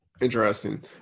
Interesting